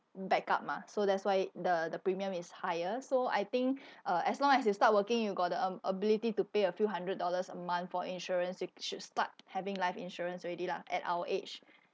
back up mah so that's why the the premium is higher so I think uh as long as you start working you got the um ability to pay a few hundred dollars a month for insurance you should start having life insurance already lah at our age